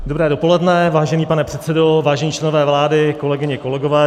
Dobré dopoledne, vážený pane předsedo, vážení členové vlády, kolegyně, kolegové.